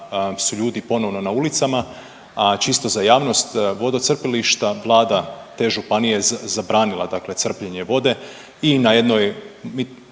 su ljudi ponovno na ulicama, a čisto za javnost vodocrpilišta vlada te županije zabranila crpljenje vode i na jednoj,